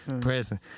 Present